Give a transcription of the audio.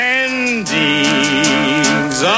endings